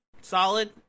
Solid